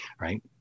right